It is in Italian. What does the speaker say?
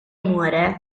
muore